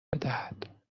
بدهد